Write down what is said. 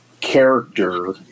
character